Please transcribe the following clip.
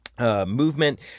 Movement